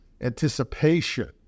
anticipation